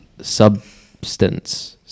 substance